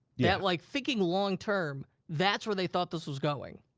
yeah like, thinking long term, that's where they thought this was going.